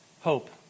hope